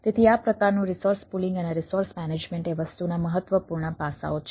તેથી આ પ્રકારનું રિસોર્સ પૂલિંગ અને રિસોર્સ મેનેજમેન્ટ એ વસ્તુના મહત્વપૂર્ણ પાસાઓ છે